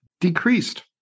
decreased